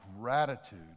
gratitude